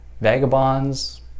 vagabonds